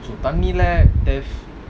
தண்ணில:thannila